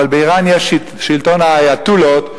אבל באירן יש שלטון האייטולות,